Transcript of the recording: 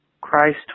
Christ